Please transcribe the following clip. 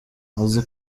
azi